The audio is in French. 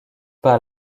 par